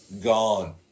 Gone